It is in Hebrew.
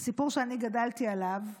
סיפור שאני גדלתי עליו כילדה.